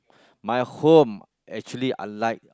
my home actually I like